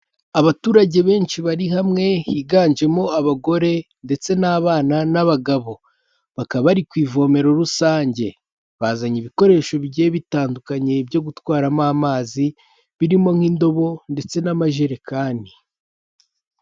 Abaturage benshi bari hamwe higanjemo abagore ndetse n'abana n'abagabo, bakaba bari ku ivomero rusange, bazanye ibikoresho bigiye bitandukanye byo gutwaramo amazi birimo nk'indobo ndetse n'amajerekani.